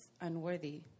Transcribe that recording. unworthy